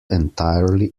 entirely